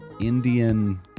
Indian